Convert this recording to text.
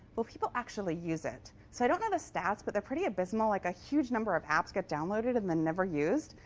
will people actually use it? so i don't know the stats, but they're pretty abysmal. like a huge number of apps get downloaded and then never used.